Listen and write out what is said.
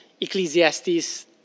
Ecclesiastes